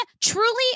truly